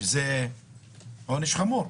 שהוא עונש חמור,